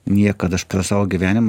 niekad aš per savo gyvenimą